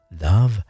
love